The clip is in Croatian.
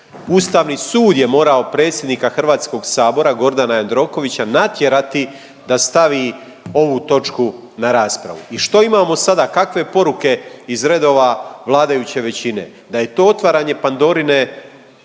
Ustavni sud je morao predsjednika Hrvatskog sabora Gordana Jandrokovića natjerati da stavi ovu točku na raspravu. I što imamo sada kakve poruke iz redova vladajuće većine? Da je to otvaranje Pandorine